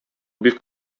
бик